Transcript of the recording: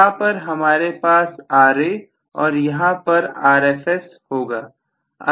यहां पर हमारे पास Ra और यहां Rfs होगा